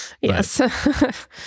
yes